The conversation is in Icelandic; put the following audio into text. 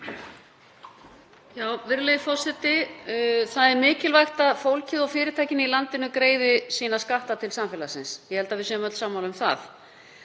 Virðulegi forseti. Það er mikilvægt að fólkið og fyrirtækin í landinu greiði sína skatta til samfélagsins. Ég held að við séum öll sammála um það.